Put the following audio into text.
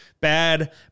Bad